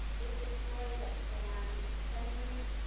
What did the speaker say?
it's a story that spans centuries,